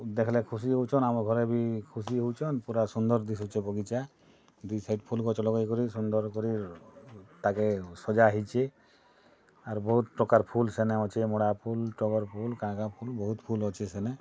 ଦେଖଲେ ଖୁସି ହଉଛନ୍ ଆମ ଘରେ ବି ଖୁସି ହଉଛନ୍ ପୂରା ସୁନ୍ଦର୍ ଦିସୁଚେ ବଗିଚା ଦୁଇ ସାଇଡ଼୍ ଫୁଲ୍ ଗଛ ଲଗେଇ କରି ସୁନ୍ଦର୍ କରି ତାକେ ସଜା ହେଇଛେ ଆର ବହୁତ୍ ପ୍ରକାର୍ ଫୁଲ ସେନେ ଅଛି ମଡ଼ା ଫୁଲ୍ ଟଗର୍ ଫୁଲ୍ କାଁଗା ଫୁଲ୍ ବହୁତ୍ ଫୁଲ୍ ଅଛି ସେନେ